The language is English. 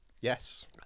Yes